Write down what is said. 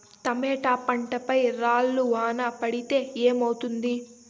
Tomato పంట పై రాళ్లు వాన పడితే ఏమవుతుంది?